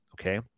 Okay